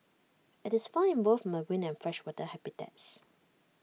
IT is found in both marine and freshwater habitats